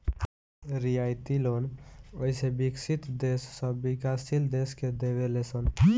रियायती लोन अइसे विकसित देश सब विकाशील देश के देवे ले सन